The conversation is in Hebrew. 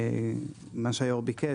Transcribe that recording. מה שהיו"ר ביקש,